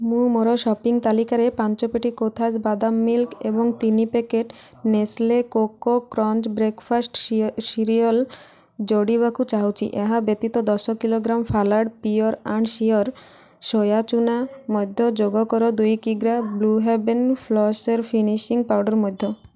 ମୁଁ ମୋର ସପିଂ ତାଲିକାରେ ପାଞ୍ଚ ପେଟି କୋଥାସ୍ ବାଦାମ୍ ମିଲ୍କ୍ ଏବଂ ତିନି packet Nestle Koko Krunch breakfast cereal ଯୋଡ଼ିବାକୁ ଚାହୁଁଛି ଏହା ବ୍ୟତୀତ ଦଶ kilogram Phalada pure and sure soya ଚୂନା ମଧ୍ୟ ଯୋଗ କର ଦୁଇ କିଗ୍ରା blue heaven flawless finishing powder ମଧ୍ୟ